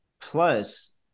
plus